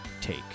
take